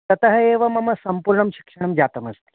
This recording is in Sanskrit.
ततः एव मम सम्पूर्णं शिक्षणं जातमस्ति